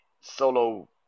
Solo